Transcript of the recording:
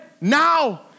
Now